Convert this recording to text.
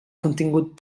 contingut